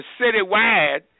citywide